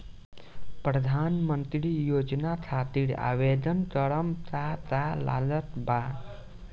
प्रधानमंत्री योजना खातिर आवेदन करम का का लागत बा?